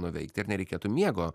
nuveikti ir nereikėtų miego